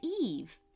Eve